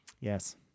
Yes